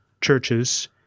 churches